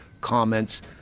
comments